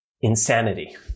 Insanity